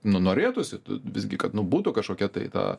nu norėtųsi visgi kad nu būtų kažkokia tai ta